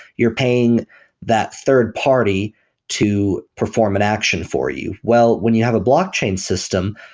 you're paying that third-party to perform an action for you. well, when you have a blockchain system,